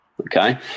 Okay